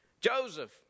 Joseph